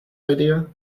idea